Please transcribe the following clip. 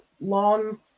long